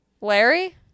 Larry